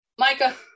Micah